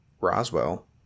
Roswell